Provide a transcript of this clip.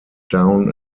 down